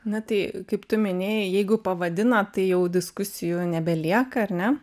na tai kaip tu minėjai jeigu pavadina tai jau diskusijų nebelieka ar ne